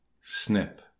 Snip